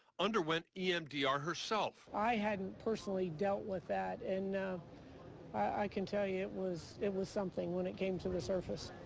underwent emdr herself. i haven't personally dealt with that and i can tell you it was it was something when it came to the surface.